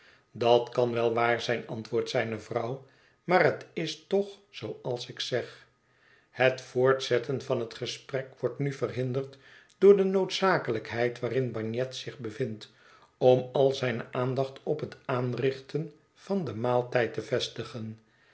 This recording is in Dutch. dat kan wel waar zijn antwoordt zijne vrouw maar het is toch zooals ik zeg het voortzetten van het gesprek wordt nu verhinderd door de noodzakelijkheid waarin bagnet zich bevindt om al zijne aandacht op het aanrichten van den maaltijd te vestigen